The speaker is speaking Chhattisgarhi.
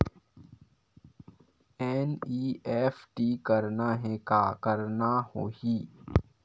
एन.ई.एफ.टी करना हे का करना होही?